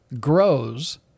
grows